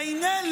והינה,